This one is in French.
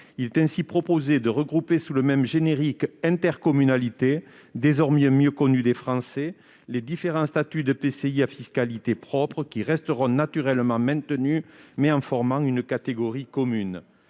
Il est ainsi proposé de regrouper sous le terme générique d'« intercommunalité », désormais mieux connu des Français, les différents statuts d'EPCI à fiscalité propre ; ils resteront naturellement maintenus, mais formeront une catégorie commune.